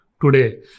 today